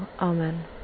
Amen